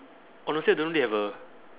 honestly I don't really have a